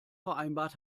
vereinbart